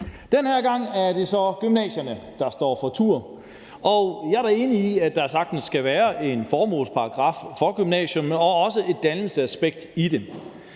Den her gang er det så gymnasierne, der står for tur. Jeg er da enig i, at der sagtens skal være en formålsparagraf for gymnasiet og også et dannelsesaspekt i det,